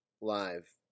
live